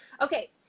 okay